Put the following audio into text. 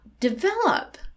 Develop